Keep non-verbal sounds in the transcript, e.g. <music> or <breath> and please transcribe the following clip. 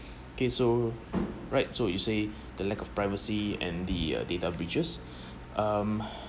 okay so right so you say <breath> the lack of privacy and the uh data breaches <breath> um